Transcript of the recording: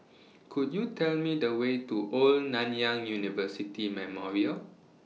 Could YOU Tell Me The Way to Old Nanyang University Memorial